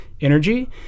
energy